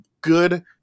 good